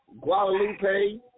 Guadalupe